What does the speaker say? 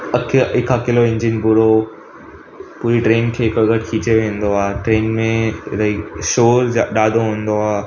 अके हिकु अकेलो इंजन पूरो पूरी ट्रेन खे हिकु गॾु छिके वेंदो आहे ट्रेन में रही शोर ॾाढो हूंदो आहे